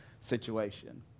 situation